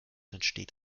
entsteht